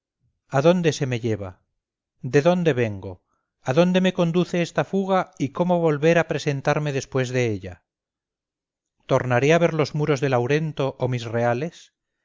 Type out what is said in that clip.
castigo adónde se me lleva de dónde vengo adónde me conduce esta fuga y cómo volver a presentarme después de ella tornaré a ver los muros de laurento o mis reales